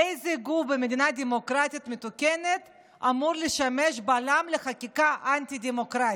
איזה גוף במדינה דמוקרטית מתוקנת אמור לשמש בלם לחקיקה אנטי-דמוקרטית?